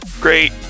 great